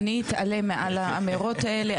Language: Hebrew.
אני אתעלם מעל האמירות האלה.